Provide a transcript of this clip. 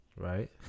right